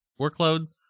workloads